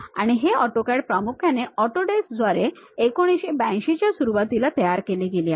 आणि हे AutoCAD प्रामुख्याने Autodesk द्वारे 1982 च्या सुरुवातीला तयार केले गेले आहे